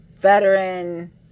Veteran